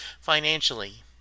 financially